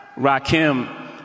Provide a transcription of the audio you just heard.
Rakim